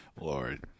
Lord